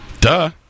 Duh